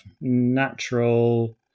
natural